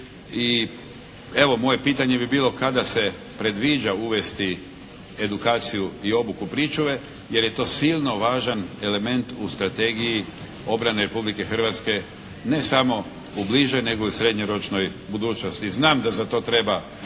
I evo, moje pitanje bi bilo kada se predviđa uvesti edukaciju i obuku pričuve, jer je to silno važan element u strategiji obrane Republike Hrvatske ne samo u bližoj nego i srednjeročnoj budućnosti. Znam da za to treba